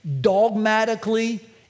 dogmatically